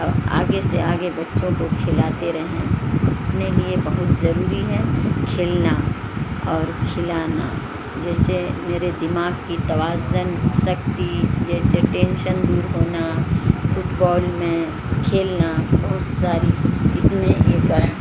آگے سے آگے بچوں کو کھلاتے رہیں اپنے لیے بہت ضروری ہے کھیلنا اور کھلانا جیسے میرے دماغ کی توازن سکتی جیسے ٹینشن دور ہونا فٹ بال میں کھیلنا بہت ساری اس میں ایکر